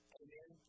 amen